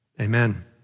amen